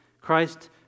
Christ